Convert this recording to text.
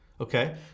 okay